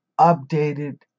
updated